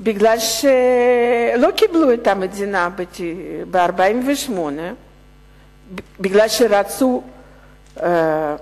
לא קיבלו את המדינה ב-1948 כי הם רצו הכול,